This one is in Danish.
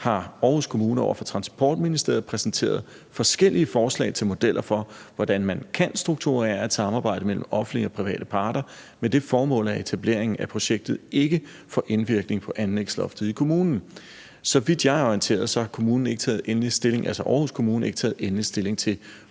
har Aarhus Kommune over for Transportministeriet præsenteret forskellige forslag til modeller for, hvordan man kan strukturere et samarbejde mellem offentlige og private parter med det formål, at etableringen af projektet ikke får indvirkning på anlægsloftet i kommunen. Så vidt jeg er orienteret, har Aarhus Kommune ikke taget endelig stilling til,